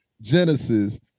genesis